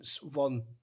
one